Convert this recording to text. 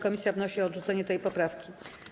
Komisja wnosi o odrzucenie tej poprawki.